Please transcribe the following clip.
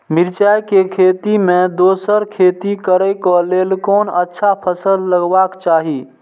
मिरचाई के खेती मे दोसर खेती करे क लेल कोन अच्छा फसल लगवाक चाहिँ?